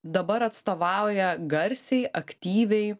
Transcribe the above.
dabar atstovauja garsiai aktyviai